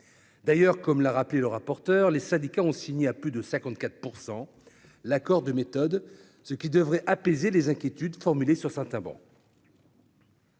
D'ailleurs, comme l'a rappelé la rapporteure, les syndicats ont signé à plus de 54 % l'accord de méthode, ce qui devrait apaiser les inquiétudes formulées sur certaines